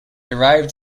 arrived